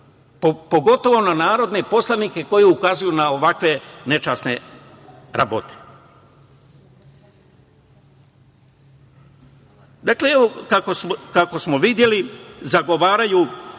pogotovo na narodne poslanike koji ukazuju na ovakve nečasne rabote. Dakle, kako smo videli, zagovaraju